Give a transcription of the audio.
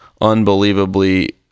unbelievably